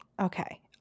Okay